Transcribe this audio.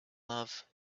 love